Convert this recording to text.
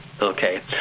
Okay